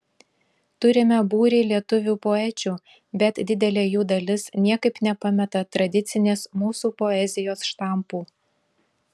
turime būrį lietuvių poečių bet didelė jų dalis niekaip nepameta tradicinės mūsų poezijos štampų